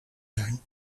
zijn